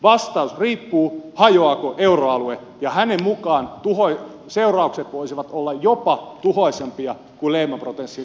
vastaus riippuu siitä hajoaako euroalue ja hänen mukaansa seuraukset voisivat olla jopa tuhoisampia kuin lehman brothersin kohdalla